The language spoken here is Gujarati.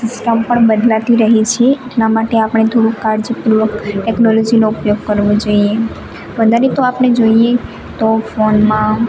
સિસ્ટમ પણ બદલાતી રહી છે એટલા માટે આપણે થોડુંક કાળજીપૂર્વક ટેકનોલોજીનો ઉપયોગ કરવો જોઈએ વધારે તો આપણે જોઈએ તો ફોનમાં